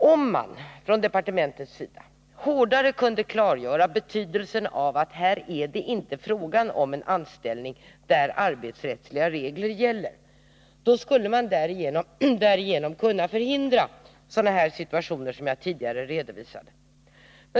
Om departementet kunde hårdare klargöra att det här inte är fråga om en anställning där arbetsrättsliga regler gäller, skulle man härigenom kunna förhindra sådana situationer som dem jag tidigare redovisat.